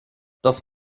das